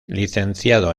licenciado